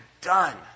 done